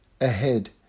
ahead